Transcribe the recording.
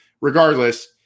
regardless